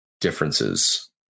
differences